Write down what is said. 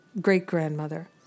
great-grandmother